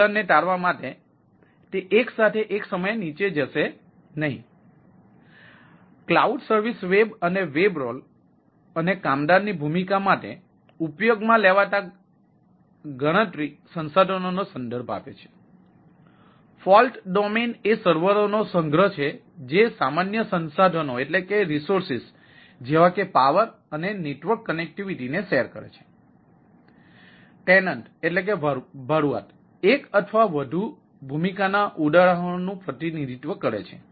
fault domain એ સર્વરોનો સંગ્રહ છે જે સામાન્ય સંસાધનો જેવા કે પાવર અને નેટવર્ક કનેક્ટિવિટી ને શેર કરે છે